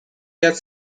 get